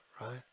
right